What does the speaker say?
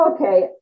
okay